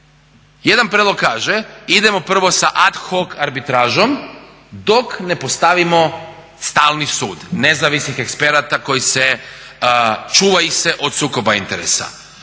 Jedan prijedlog kaže, idemo prvo sa ad hoc arbitražom dok ne postavimo stalni sud nezavisnih eksperata koji se, čuva ih se od sukoba interesa.